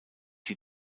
die